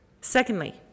Secondly